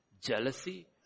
jealousy